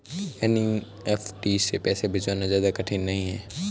NEFT से पैसे भिजवाना ज्यादा कठिन नहीं है